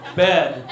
bed